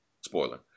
Spoiler